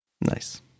Nice